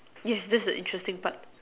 yes that's the interesting part